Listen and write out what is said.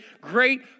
great